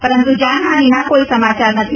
પરંતુ જાનહાનિના કોઈ સમાચાર નથી